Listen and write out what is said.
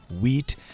wheat